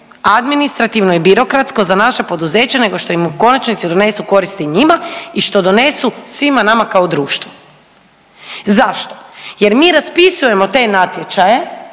administrativno i birokratsko za naše poduzeće nego što im u konačnici donesu koristi i njima i što donesu svima nama kao društvu. Zašto? Jer mi raspisujemo te natječaje